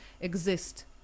exist